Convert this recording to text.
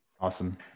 Awesome